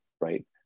right